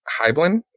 Hyblin